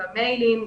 במיילים,